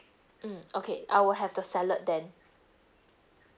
mm okay I will have the salad then